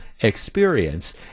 experience